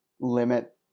limit